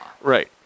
Right